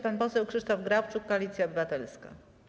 Pan poseł Krzysztof Grabczuk, Koalicja Obywatelska.